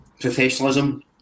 professionalism